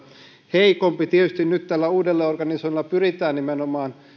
heikompi tietysti nyt tällä uudelleenorganisoinnilla pyritään nimenomaan